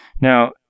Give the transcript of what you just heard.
Now